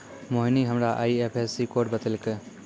मोहिनी हमरा IFSC code बतैलकै